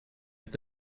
het